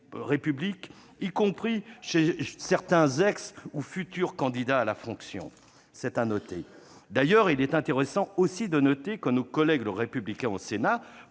République, y compris chez certains ex ou futurs candidats à la fonction. D'ailleurs, il est intéressant aussi de noter que nos collègues Les Républicains au Sénat,